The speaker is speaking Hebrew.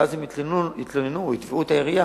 ואחר כן הן יתלוננו או יתבעו את העירייה,